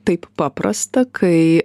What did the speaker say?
taip paprasta kai